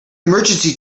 emergency